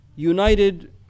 United